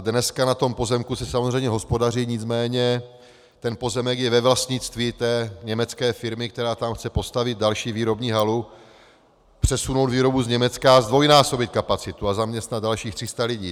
Dnes se na tom pozemku samozřejmě hospodaří, nicméně pozemek je ve vlastnictví té německé firmy, která tam chce postavit další výrobní halu, přesunout výrobu z Německa, zdvojnásobit kapacitu a zaměstnat dalších 300 lidí.